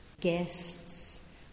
guests